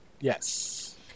Yes